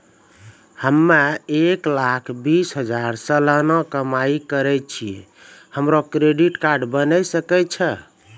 हम्मय एक लाख बीस हजार सलाना कमाई करे छियै, हमरो क्रेडिट कार्ड बने सकय छै?